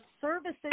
services